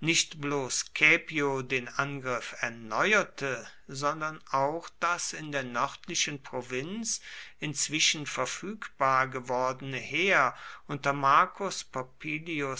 nicht bloß caepio den angriff erneuerte sondern auch das in der nördlichen provinz inzwischen verfügbar gewordene heer unter marcus